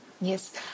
Yes